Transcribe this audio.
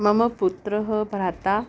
मम पुत्रः भ्राता